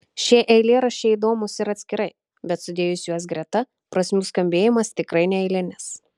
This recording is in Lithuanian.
šie eilėraščiai įdomūs ir atskirai bet sudėjus juos greta prasmių skambėjimas tikrai neeilinis